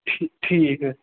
ٹھِ ٹھیٖک حظ